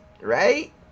right